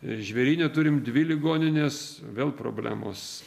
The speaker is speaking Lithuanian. žvėryne turim dvi ligonines vėl problemos